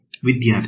ವಿದ್ಯಾರ್ಥಿ N 1